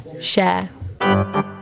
share